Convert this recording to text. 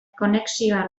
konexioa